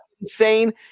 insane